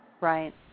Right